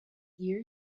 ear